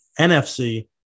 NFC